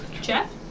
Jeff